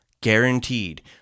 Guaranteed